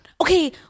Okay